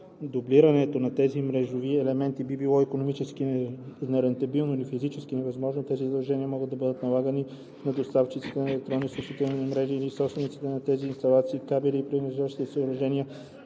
дублирането на тези мрежови елементи би било икономически нерентабилно или физически невъзможно, тези задължения могат да бъдат налагани на доставчиците на електронни съобщителни мрежи или на собствениците на тези инсталации, кабели и прилежащите съоръжения,